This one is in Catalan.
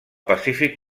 pacífic